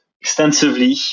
extensively